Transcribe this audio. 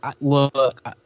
look